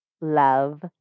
love